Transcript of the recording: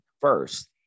first